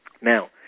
Now